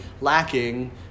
lacking